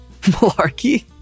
Malarkey